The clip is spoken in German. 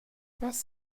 was